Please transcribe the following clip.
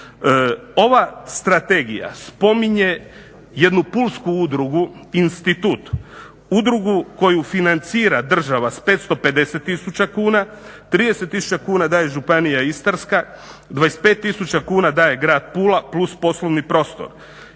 Ova strategija spominje jednu pulsku udrugu "Institut", udrugu koju financira država s 550 tisuća kuna, 30 tisuća kuna daje županija Istarska, 25 tisuća kuna daje grad Pula plus poslovni prostor.